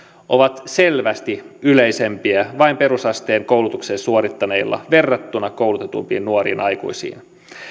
ovat selvästi yleisempiä vain perusasteen koulutuksen suorittaneilla verrattuna koulutetumpiin nuoriin aikuisiin